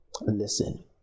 listen